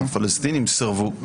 הפלסטינים סירבו.